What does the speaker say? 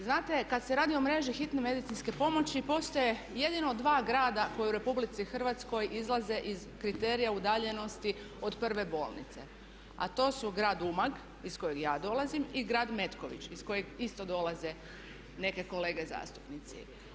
Znate kada se radi o mreži hitne medicinske pomoći postoje jedino dva grada koja u RH izlaze kriterija udaljenosti od prve bolnice a to su grad Umag iz kojeg ja dolazim i grad Metković iz kojeg isto dolaze neke kolege zastupnici.